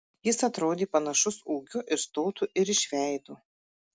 jis atrodė panašus ūgiu ir stotu ir iš veido